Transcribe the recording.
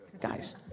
guys